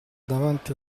davanti